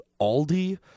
Aldi